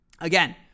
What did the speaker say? Again